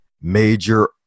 major